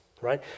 right